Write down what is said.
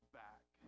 back